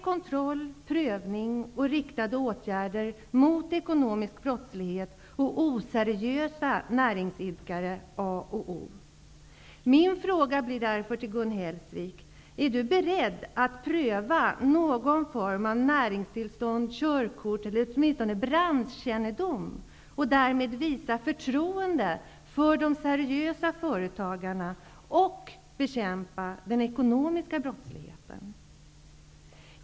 Kontroll, prövning och riktade åtgärder mot ekonomisk brottslighet och oseriösa näringsidkare är A och O. Min fråga blir därför om Gun Hellsvik är beredd att pröva krav om någon form av näringstillstånd, ''körkort'', eller åtminstone branschkännedom och därmed visa förtroende för de seriösa företagarna och bekämpa den ekonomiska brottsligheten.